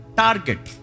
target